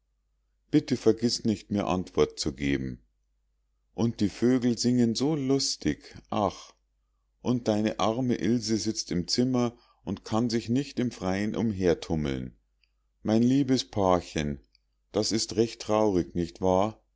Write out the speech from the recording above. bitte vergiß nicht mir antwort zu geben und die vögel singen so lustig ach und deine arme ilse sitzt im zimmer und kann sich nicht im freien umhertummeln mein liebes pa'chen das ist recht traurig nicht wahr